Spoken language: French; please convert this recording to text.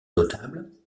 notables